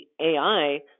AI